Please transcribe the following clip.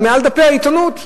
מעל דפי העיתונות.